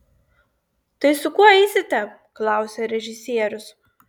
tai su kuo eisite klausia režisierius